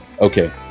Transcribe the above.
Okay